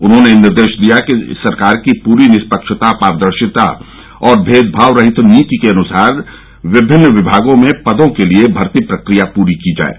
उन्होंने निर्देश दिया कि सरकार की पूरी निष्पक्षता पारदर्शिता और मेदभाव रहित नीति के अनुसार विभिन्न विभागों में पदों के लिये भर्ती प्रक्रिया पूरी की जाये